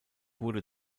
wurde